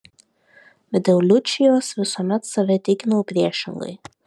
bet dėl liučijos visuomet save tikinau priešingai